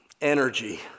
energy